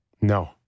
No